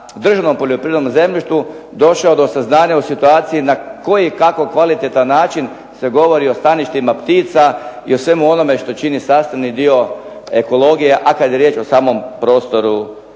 državnom poljoprivrednom zemljištu došao do saznanja u situaciji na koji i kako kvalitetan način se govori o staništima ptica i o svemu onome što čini sastavni dio ekologije, a kad je riječ o samom prostoru